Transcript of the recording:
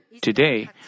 Today